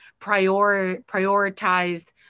prioritized